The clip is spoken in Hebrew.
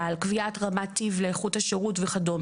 על קביעת רמת טיב לאיכות השירות וכד',